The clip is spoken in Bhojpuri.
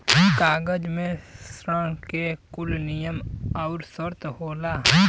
कागज मे ऋण के कुल नियम आउर सर्त होला